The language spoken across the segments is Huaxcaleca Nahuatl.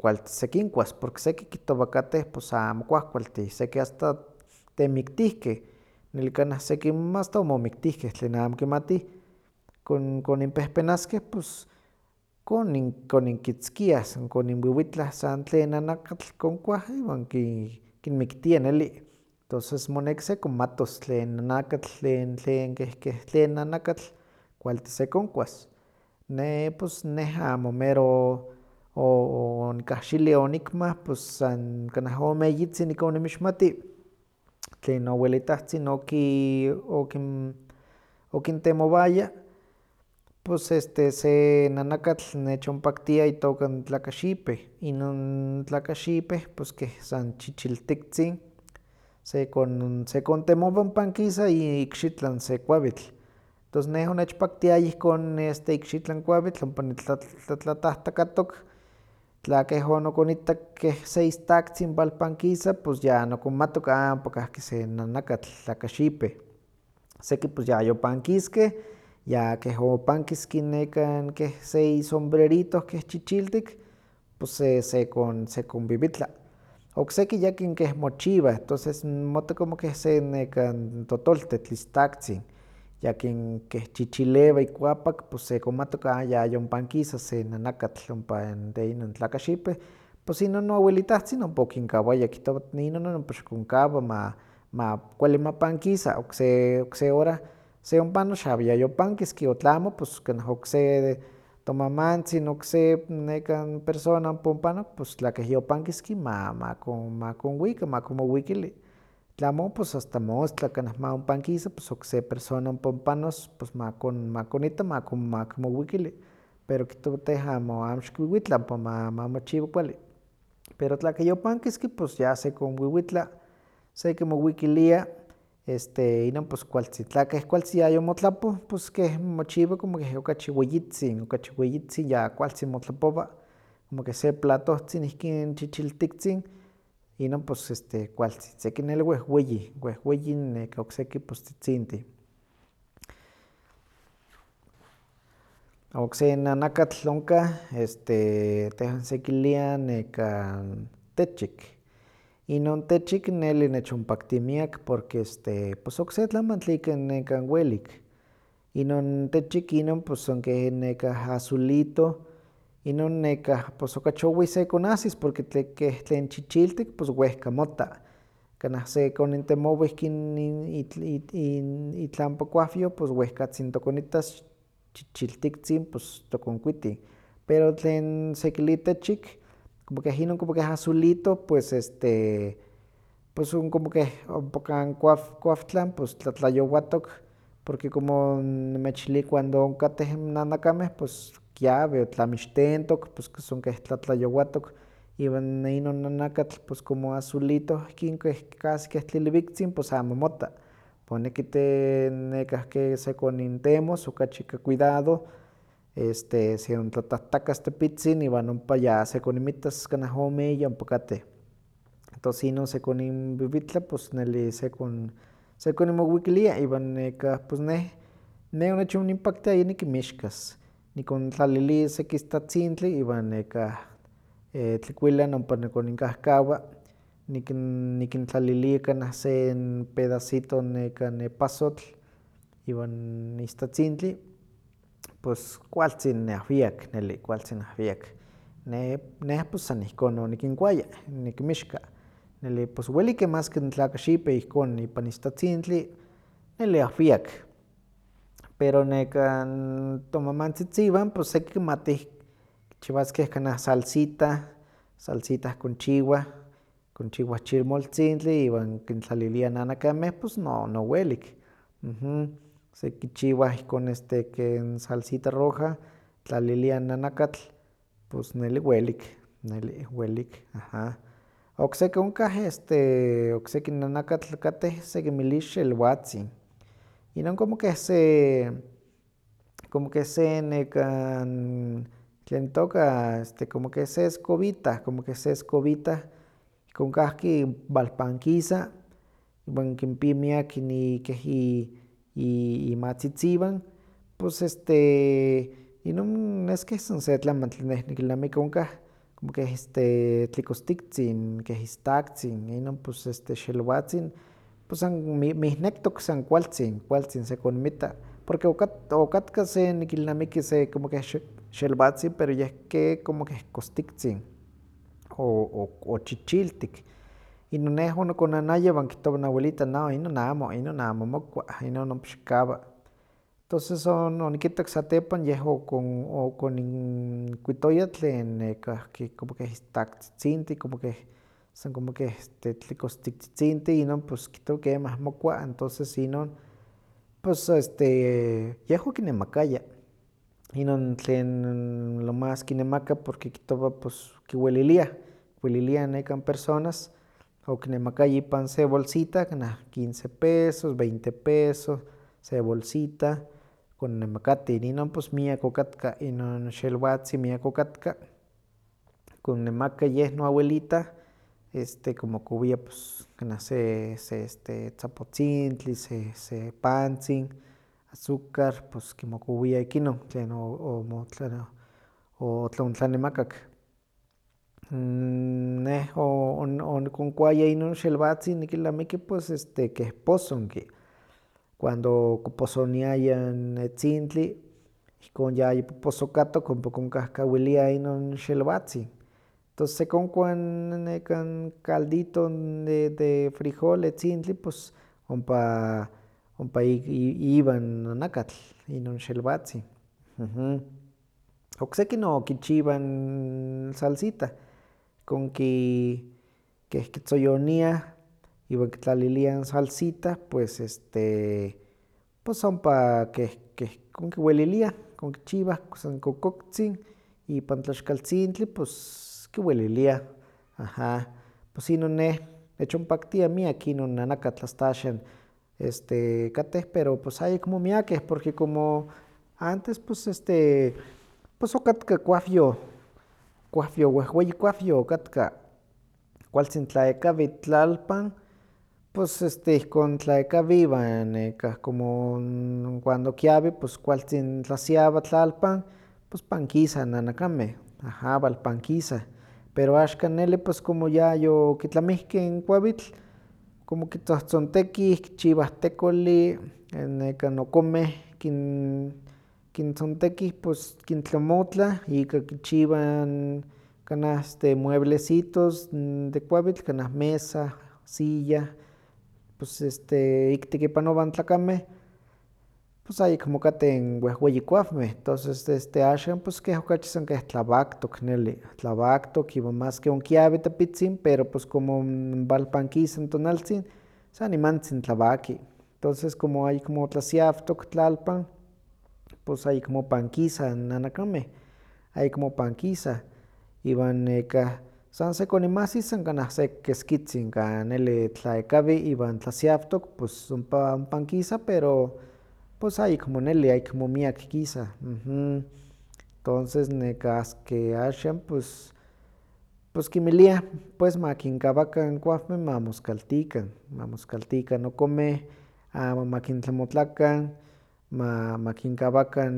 kualtis sekinkuas, porque seki kihtowa katteh pues amo kuahkualtih, seki asta temiktihkeh, neli kanah sekinmeh asta omomiktihkeh tlen amo kimatih konin- koninpehpenaskeh pus konin- koninkitzkiah, san koninwiwitlah san tlen nanakatl konkuah iwan ki- kinmiktia neli, tonces moneki sekonmatos tlen nanakatl, tlen- tlen keh- keh tlen nanakatl kualtis sekonkuas. Neh- pus- neh amo mero- o- o- onikahxilih onikmah san kanah ome eyitzin nikoninmixmati tlen noawelitahtzin oki- okin- okintemowaya, pus este se nanakatl nechonpaktia itooka n tlakaxipeh, inon tlakaxipeh pus keh san chichiltiktzin sekon- sekontemowa ompa onkisa i- ikxitlan se kuawitl, tos neh onechpatiaya ihkon ikxitlan kuawitl ompa nitla- tla- tlatahtakatok tlakeh onokonitak keh se istaktzin walpankisa pus ya nokonmatok a ompa kahki se nanakatl tlakaxipeh, seki pues yayopankiskeh, ya keh opankiski nekan keh se isombrerito keh chichiltik pus se- sekon- sekonwiwitla. Okseki yakin keh mochiwah tonces mota keh se nekan totoltetl istaktzin, yakin keh chichilewa ikuapak, pus sekonmatok a ya yonpankisas se nanakatl, ompa n de inon tlakaxipeh, pus inon noawelitahtzin ompa okinkawaya kihtowa inon non ompa xikonkawa ma- makualli ma pankisa okse okse hora se ompanos xamo yayopankiski o tlamo pus kanah okse tomamantzin okse nekan persona ompa ompanok pus tlakeh yopankiski makon- makonwika makimowikili, tlamo pus asta mostla kanah ma onpankisa pus okse persona ompa ompanos pus makon- makonitta makon- makimowikilli. Pero kihtowa teh amo- amoxikwiwitla ompa mamo- mamochiwa kualli. Pero tla keh yopankiski pus ya sekonwiwitla, sekimowikilia este inon pues kualtzin, tla keh kualtzin yayomotlapoh, pus keh mochiwa como keh okachi weyitzin, okachi weyitzin ya kualtzin motlapowa, como keh se platohtzin ihkin chichiltiktzin, inon pus este kualtzin, seki neli wehweyih, wehweyin, oseki pus tzitzintih. okse nanakatl onkah este tehwan sekilia nekan techik, inon techik neli nechonpakti miak porque este okse tlamantli ik nekan welik, inon techik inon pues son keh nekah azulito, inon nekah pus okachi owih sekonahsis porque tle- ke- tlen chichiltik pus wehka motta, kanah sekonintemowa ihkin in- itl- it- in- itlampa kuawyoh pus wehkatzin tokonittas chichiltiktzin pus tokonkuitin, pero tlen sekili techik, como keh inon como keh azulito, pues este pues son como keh ompa kan kuaw- kuawtlan pus tlatlayowatok porque como nimechilia cuando onkateh nanakameh pus kiawi, tlamixtentok, pus keh- son keh tlatlayowatok, iwan inon nanakatl pus como azulito ihkin keh casi keh tliliwiktzin pus amo motta. Moneki nekahki sekonintemos okachi ika cuidado este seontlatahtakas tepitzin iwan ompa ya sekoninmitas kanah ome eyi ompa katteh. Entos inon sekoninwiwitla pus nelli sekon- sekoninmowikilia iwan nekah iwan pus neh- neh onechoninpaktiaya nikinmixkas, nikontlalili seki istatzintli iwan nekah tlikuilan ompa nikoninkahkawa, nikin- nikintlalili kana se n pedacito nekan epazotl, iwan istatzintli pus kualtzin ahwiak neli, kualtzin ahwiak, ne- neh pues san ihkon onikinkuaya, nikinmixka, nelli pus welikeh, maski ntlakaxipeh ihkon ipan istatzintli nelli ahwiak, pero nekan tomamantzitziwan seki kimatih kichiwaskeh kanah salsita, salsita konchiwah, konchiwah chilmoltzintli iwan kintlaliliah nanakameh, pus no- no welik, sek kichiwa ihkon este ken salsita roja ktlaliliah n nanakatl pos neli welik, neli, welik, aha. Okseki onkah, okseki nanakatl kateh sekinmili xelwatzin, inon como keh se, como keh se nekan, tlen itoka, este como keh se escobita, como keh se escobita ihkon kahki walpankisa, iwan kimpi miak ini- kehi- i- imatzitziwan pus este inon nes keh san se tlamantli neh nikilnamiki onkah como keh este tlikostiktzin, keh istaktzin, inon pus este xelwatzin pus san mih- mihnektok san kualtzin, kualtzin sekoninmitta, porque okat- okatka se nikilnamiki se como keh xe- xelwatzin pero yeh ke como keh kostiktzin, o- o- o chichiltik, inon neh onokonanaya iwan kihtowa noawelitah no inon amo, inon amo mokua, inon ompa xikawa, toses on- onikittak satepan yeh okon- okoninkuitoya tlen nekahki como keh istaktzitzintih, como keh san como keh este tlikostiktzitzintih inon pus kihtowa kemah mokua entoneces inon pues este yeh okinemakaya, inon tlen lo más kinemaka porque kihtowa pus kiweilliah, kiweliliah nekan personas, okinemakaya ipan se bolsita, kanah quince pesos, veinte pesos, se bolsita, konnemakatin, inon pues miak okatka xelwatzin, miak okatka konnemaka, yeh noawelita este konmokowia pus kaneh se- se este tzapotzintli, se- se pantzin, azúcar, pus kimokowia ik inon tlen o- omo- omotlane- otle- ontlanemakak. Neh onokonkuaya inon xelwatzin nikilnamiki pues este keh posonki, cuando kiposoniayah n etzintli ihkon yayipoposokatok ompa konkahkawiliah inon xelwatzin, tos sekonkua nekan caldito de- de frijol etzintli ps ompa ik- i- iwan nanakatl inon xelwatzin. Okseki no kichiwah n salsita, ihkon ki keh kitzoyoniah iwan kitlaliliah salsita pues este pus ompa keh- keh ihkon kiweliliah, ihkon kichiwah son kokoktzin, ipan tlaxkaltzintli pus kiweliliah, aha. Pus inon neh nechonpaktia miak nanakatl asta axak katteh pero pus ayekmo miakeh porque como antes pus este pus okatka kuawyoh, kuawyoh, wehweyi kuawyoh okatka, kualtzin tlaekawi tlaltan, pus este ihkon tlaekawi iwan nekah como n cuando kiawi pus kualtzin tlasiawa tlalpan pus pankisah nanakameh, aha, walpankisah, pero axkan nelli pus como yayokitlamihkeh n kuawitl, como kitzohtzintekih, kichiwah tekolli, n nekan okomeh kin- kintzontekih pus kintlamotlah, ika kichiwah n kanah este mueblecitos de kuawitl, kanah mesa, silla, pus este ik tekipanowah n tlakameh, pus ayekmo kateh wehweyi kuawmeh, toses este axan keh okachi sankeh tlawaktok neli tlawaktok, iwan maski onkiawi tepitzin, pero pus como walpankisa n tonaltzin san nimantzin tlawaki, tonces como ayekmo tlasiawtok tlaltpan, pus ayekmo pankisah n nanakameh, ayekmo pankisah iwan nekah san sekoninmahsi san sekitzin kan neli tlaekawi iwan tlasiawtok pus ompa ompakisah pero pus ayekmo neli, ayekmo miak kisa. Tonces nekah es que axan pus pus kinmiliah pues makinkawakan kuawmeh mamoskaltikan, mamoskaltikan okomeh amo ma kintlamotlakan, ma- makinkawakan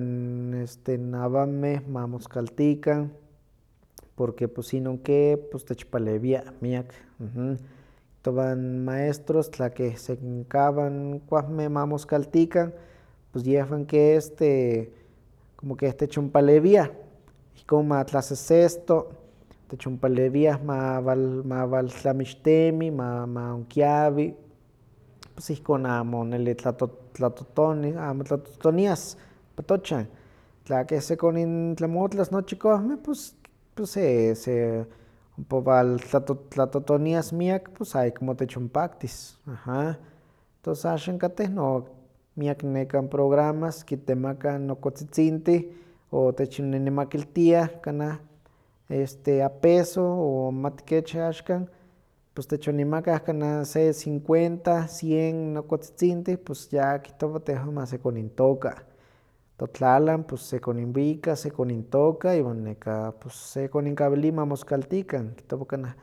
este awameh, ma moskaltikan, porque pos inon ke techpalewia miak, ktowah n maestros tla keh sekinkawa n kuawmeh ma moskaltikan, pus yehwan ke este como keh techonpalewiah ihkon ma tlasesesto, techonpalewia ma wal- ma wal tlamixtemi, ma- ma onkiawi, pus ihkon amo neli tlato- tlatotoni- amo tlatotonias ompa tochan, tla keh sekonintlamotlas nochi kuawmeh pus se- se- ompa wal tlatot- tlatotonias miak pus ayekmo techonpaktis, aha. Tos axan kateh no miak n programas kitemakah n okotzitzintih, o techoninemakiltiah kanah este a peso o mati kech axkan, pus techoninmakah kanah se cincuenta, cien okotzitzintih pus ya kihtowa tehwan ma sekonintooka, totlalan pus sekoninwika sekonintooka iwan nekah pus sekoninkawili ma moskaltikan, kihtowa kanah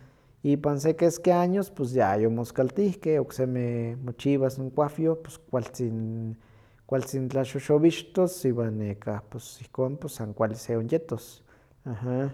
ipan se keski años pues ya yomoskahtihkeh oksemi mochiwas n kuawyoh pus kualtzin kualtzin tlaxoxowixtos iwan nekah pus ihkon pus san kuali se on yettos, aha.